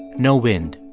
no wind.